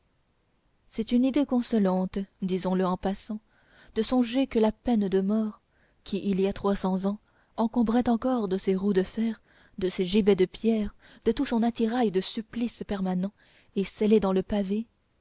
c'est une idée consolante disons-le en passant de songer que la peine de mort qui il y a trois cents ans encombrait encore de ses roues de fer de ses gibets de pierre de tout son attirail de supplices permanent et scellé dans le pavé